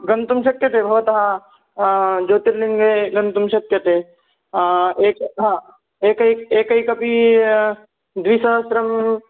गन्तुं शक्यते भवतः ज्योतिर्लिङ्गे गन्तुं शक्यते एकः हा एकः एकैकः अपि द्विसहस्रं